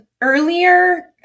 Earlier